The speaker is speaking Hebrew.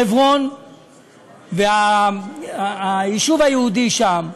חברון והיישוב היהודי שם,